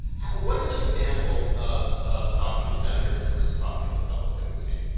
what are some examples of of talking to senators versus talking to the public that we've seen?